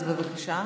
אז, בבקשה.